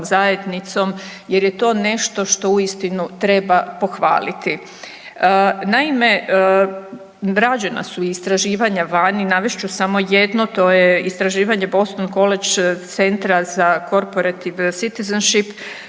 zajednicom jer je to nešto što uistinu treba pohvaliti. Naime, rađena su istraživanja vani, navest ću samo jedno, to je istraživanje Boston College centra za …/Govornik